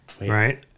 right